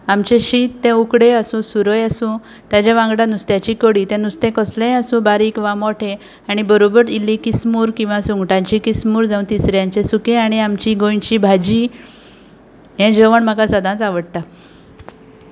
आमचें शीत तें उकडेंय आसूं सुरय आसूं तेजे वांगडा नुस्त्याची कडी नुस्तें कसलेंय आसूं बारीक वा मोटें आनी बरोबर इल्ली किसमूर वा सुंगटांची किसमूर जांव तिसऱ्यांचें सुकें आनी आमची गोंयची भाजी हें जेवण म्हाका सदांच आवडटा